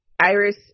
Iris